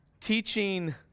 teaching